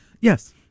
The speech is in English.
yes